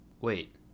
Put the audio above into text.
Wait